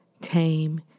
tame